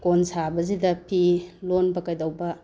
ꯀꯣꯟ ꯁꯥꯕꯁꯤꯗ ꯐꯤ ꯂꯣꯟꯕ ꯀꯩꯗꯧꯕ